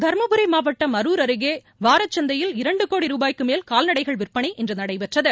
தருமபுரி மாவட்டம் அரூர் அருகே வாரச்சந்தையில் இரண்டு கோடி ரூபாய்க்கு மேல் கால்நடைகள் விற்பனை இன்று நடைபெற்றது